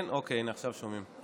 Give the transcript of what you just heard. הינה, עכשיו שומעים.